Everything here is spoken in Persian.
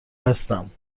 هستم